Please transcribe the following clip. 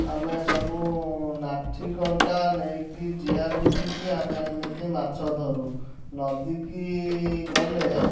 ଆମେ ସବୁ ନାଠି କଣ୍ଟା ନେଇକି ଜିଆ ଗୁନ୍ଥିକି ଆମେ ଏମିତି ମାଛ ଧରୁ ନଦୀକି ଗଲେ